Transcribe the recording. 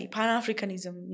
Pan-Africanism